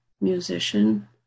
musician